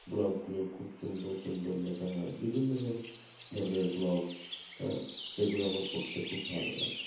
ব্লগগুলো খুব সুন্দর সুন্দর লেখা হয় বিভিন্ন ধরনের ব্লগ হ্যাঁ সেইগুলো আমার পড়তে খুব ভালো লাগে